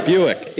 Buick